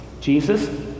Jesus